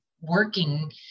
working